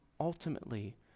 ultimately